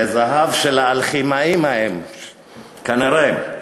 זה זהב של האלכימאים ההם, כנראה.